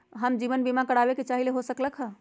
हम जीवन बीमा कारवाबे के चाहईले, हो सकलक ह?